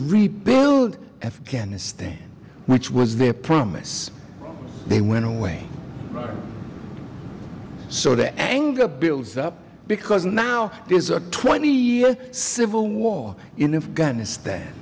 rebuild afghanistan which was their promise they went away so the anger builds up because now is a twenty year civil war in afghanistan